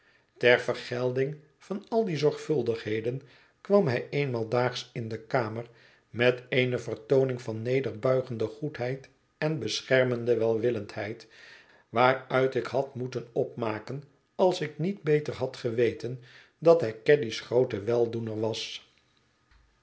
ter vergelding van al die zorgvuldigheden kwam hij eenmaal daags in de kamer met eene vertooning van nederbuigende goedheid en beschermende welwillendheid waaruit ik had moeten opmaken als ik niet beter had geweten dat hij caddy's grootste weldoener was